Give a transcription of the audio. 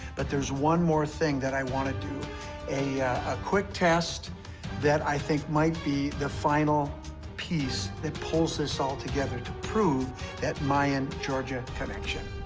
but there's one more thing that i want to do a ah quick test that i think might be the final piece that pulls this all together to prove that mayan-georgia connection.